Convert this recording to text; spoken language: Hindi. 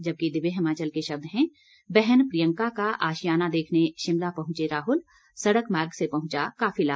जबकि दिव्य हिमाचल के शब्द हैं बहन प्रियंका का आशियाना देखने शिमला पहंचे राहुल सड़क मार्ग से पहुंचा काफिला